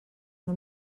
una